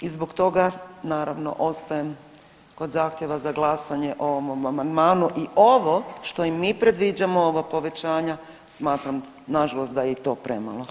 I zbog toga nastavno ostajem kod zahtjeva za glasanje o ovom amandmanu i ovo što i mi predviđamo ovo povećanja smatram nažalost da je i to premalo.